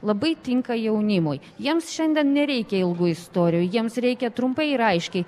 labai tinka jaunimui jiems šiandien nereikia ilgų istorijų jiems reikia trumpai ir aiškiai